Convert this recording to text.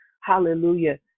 hallelujah